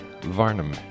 Varnum